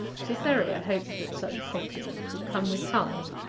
cytherea hoped that such a confidence would come with time,